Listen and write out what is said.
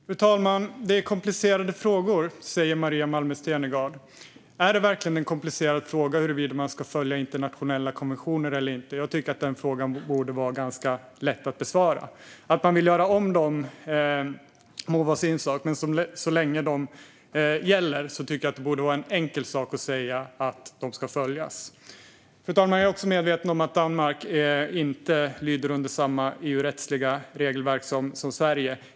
Fru talman! Maria Malmer Stenergard säger att det är komplicerade frågor. Är det verkligen en komplicerad fråga huruvida man ska följa internationella konventioner eller inte? Jag tycker att den frågan borde vara ganska lätt att besvara. Att man vill göra om dem må vara en sak, men så länge de gäller tycker jag att det borde vara en enkel sak att säga att de ska följas. Fru talman! Jag är medveten om att Danmark inte lyder under samma EU-rättsliga regelverk som Sverige.